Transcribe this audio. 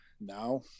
now